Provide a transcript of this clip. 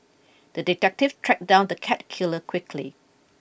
the detective tracked down the cat killer quickly